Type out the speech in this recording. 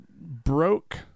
broke